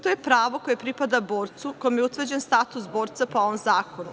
To je pravo koje pripada borcu kojem je utvrđen status borca po ovom zakonu.